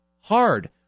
hard